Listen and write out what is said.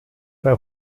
bei